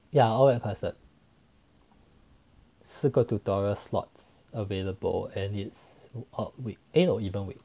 ya all very clustered 四个 tutorial slots available and it's odd week eh no even week